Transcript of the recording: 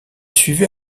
suivit